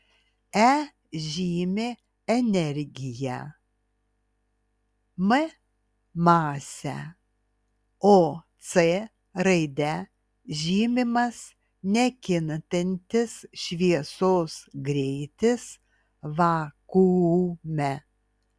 e žymi energiją m masę o c raide žymimas nekintantis šviesos greitis vakuume